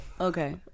Okay